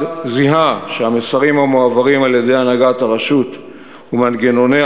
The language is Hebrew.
זיהה שהמסרים המועברים על-ידי הנהגת הרשות ומנגנוניה